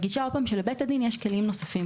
אני מדגישה שוב, שלבית הדין יש כלים נוספים.